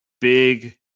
big